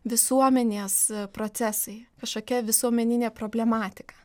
visuomenės procesai kažkokia visuomeninė problematika